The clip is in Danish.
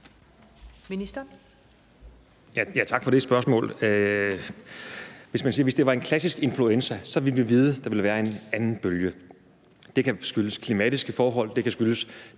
Tak for det spørgsmål. Hvis det var en klassisk influenza, ville vi vide, at der ville være en anden bølge. Det kan skyldes klimatiske forhold, det kan skyldes,